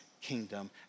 kingdom